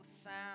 sound